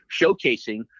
showcasing